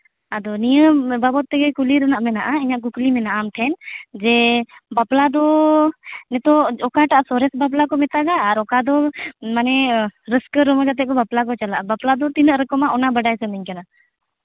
ᱟᱫᱚ ᱱᱤᱭᱟᱹ ᱵᱟᱵᱚᱫ ᱛᱮᱜᱮ ᱠᱩᱞᱤ ᱨᱮᱭᱟᱜ ᱢᱮᱱᱟᱜᱼᱟ ᱤᱧᱟᱹᱜ ᱠᱩᱠᱞᱤ ᱢᱮᱱᱟᱜᱼᱟ ᱟᱢ ᱴᱷᱮᱱ ᱡᱮ ᱵᱟᱯᱞᱟ ᱫᱚ ᱱᱤᱛᱳᱜ ᱚᱠᱟᱴᱟᱜ ᱥᱚᱨᱮᱥ ᱵᱟᱯᱞᱟ ᱠᱚ ᱢᱮᱛᱟᱜᱟᱜ ᱟᱨ ᱚᱠᱟ ᱫᱚ ᱢᱟᱱᱮ ᱨᱟᱹᱥᱠᱟᱹ ᱨᱚᱢᱚᱡᱟᱛᱮᱫ ᱵᱟᱯᱞᱟ ᱠᱚ ᱪᱟᱞᱟᱜᱼᱟ ᱵᱟᱯᱞᱟ ᱫᱚ ᱛᱤᱱᱟᱹᱜ ᱨᱚᱠᱚᱢᱟ ᱚᱱᱟ ᱵᱟᱰᱟᱭ ᱥᱟᱱᱟᱧ ᱠᱟᱱᱟ